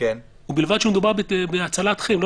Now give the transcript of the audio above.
שמדובר בהצלת חיים.